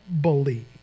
believe